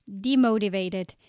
demotivated